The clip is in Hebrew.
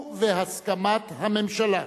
ובהסכמת הממשלה,